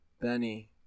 Benny